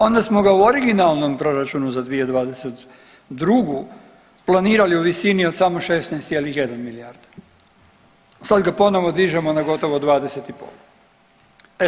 Onda smo ga u originalnom proračunu za 2022. planirani u visini od samo 16,1 milijarda, sad ga ponovo dižemo na gotovo 20 i pol.